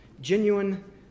Genuine